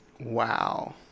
Wow